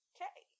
Okay